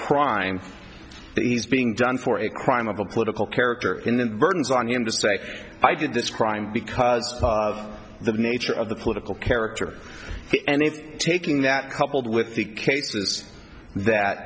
crime that he's being done for a crime of a political character in the burdens on him just like i did this crime because of the nature of the political character and it's taking that coupled with the cases that